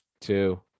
two